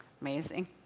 amazing